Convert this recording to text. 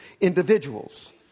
individuals